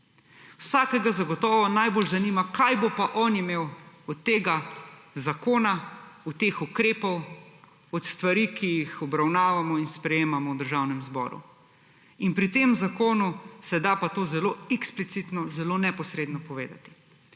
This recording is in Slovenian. Vsakega zagotovo najbolj zanima, kaj bo pa on imel od tega zakona, od teh ukrepov, od stvari, ki jih obravnavamo in sprejemamo v Državnem zboru. Pri tem zakonu se pa da to zelo eksplicitno zelo neposredno povedati.